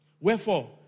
Wherefore